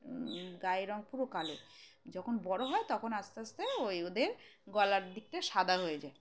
গায়েের রঙ পুরো কালো যখন বড়ো হয় তখন আস্তে আস্তে ওই ওদের গলার দিকটা সাদা হয়ে যায়